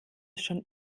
schon